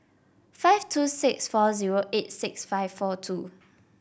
five two six four zero eight six five four two